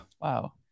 Wow